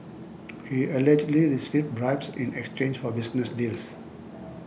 he allegedly received bribes in exchange for business deals